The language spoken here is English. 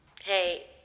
Hey